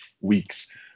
weeks